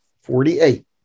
forty-eight